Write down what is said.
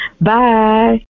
Bye